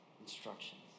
instructions